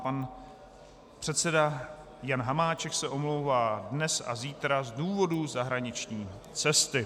Pan předseda Jan Hamáček se omlouvá dnes a zítra z důvodu zahraniční cesty.